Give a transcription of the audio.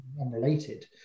unrelated